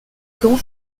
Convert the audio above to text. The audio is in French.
gand